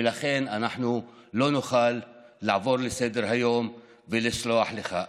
ולכן אנחנו לא נוכל לעבור לסדר-היום ולסלוח לך.